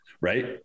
Right